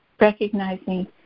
recognizing